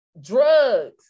drugs